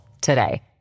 today